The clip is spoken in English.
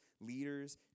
leaders